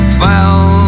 fell